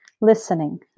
listening